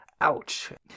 Ouch